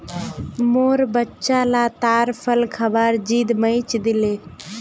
मोर बच्चा ला ताड़ फल खबार ज़िद मचइ दिले